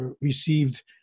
received